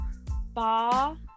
Ba